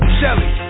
Shelly